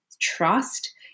trust